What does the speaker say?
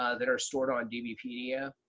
ah that are stored on dbpedia,